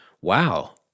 wow